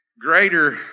greater